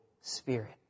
Spirit